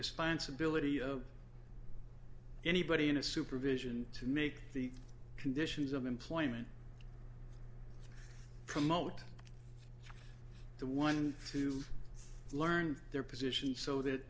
responsibility of anybody in a supervision to make the conditions of employment promote the one to learn their position so that